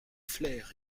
flaire